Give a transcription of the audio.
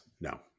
no